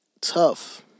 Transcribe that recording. tough